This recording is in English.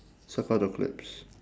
circle the clips